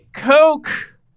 Coke